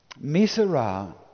Misera